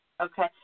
Okay